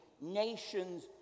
nations